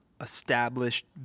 established